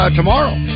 tomorrow